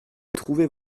trouver